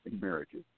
marriages